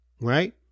Right